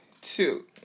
two